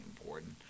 important